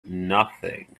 nothing